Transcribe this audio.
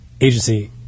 agency